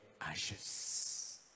ashes